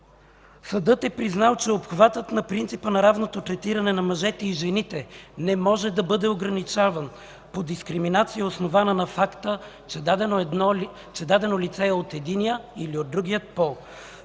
„Съдът е признал, че обхватът на принципа на равното третиране на мъжете и жените не може да бъде ограничаван по дискриминация, основана на факта, че дадено лице е от единия или от другия пол.